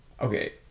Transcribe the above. okay